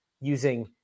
using